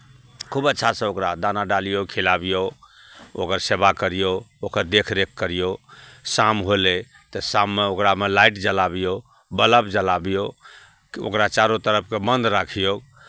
खूब अच्छासँ ओकरा दाना डालियौ खिलाबियौ ओकर सेवा करियौ ओकर देखरेख करियौ शाम होलै तऽ शाममे ओकरामे लाइट जलाबियौ बलब जलाबियौ ओकरा चारू तरफकेँ बन्द राखियौ